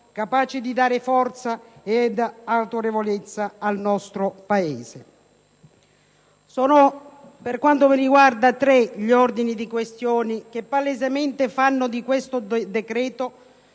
capace di dare forza ed autorevolezza al nostro Paese. Per quanto mi riguarda, sono tre gli ordini di questioni che palesemente fanno di questo decreto